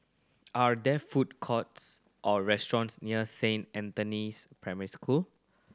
are there food courts or restaurants near Saint Anthony's Primary School